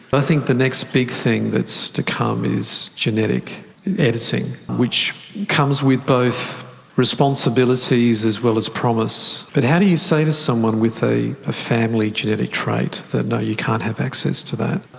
but i think the next big thing that's to come is genetic editing, which comes with both responsibilities as well as promise. but how to you say to someone with a ah family genetic trait, no you can't have access to that.